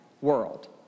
world